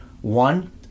One